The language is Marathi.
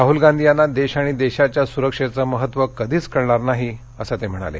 राहल गांधी यांना देश आणि देशाच्या सुरक्षेचं महत्त्व कधीच कळणार नाही असं ते म्हणाले